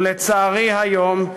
ולצערי היום,